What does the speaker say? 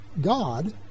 God